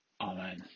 Amen